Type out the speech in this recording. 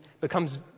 becomes